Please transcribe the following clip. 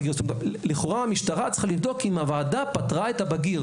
לכאורה המשטרה צריכה לבדוק אם הוועדה פטרה את הבגיר,